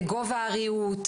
גובה הריהוט,